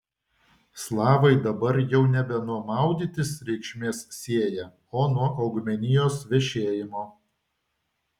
slavai dabar jau nebe nuo maudytis reikšmės sieja o nuo augmenijos vešėjimo